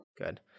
Good